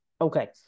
Okay